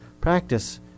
practice